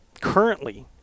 Currently